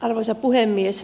arvoisa puhemies